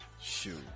shoot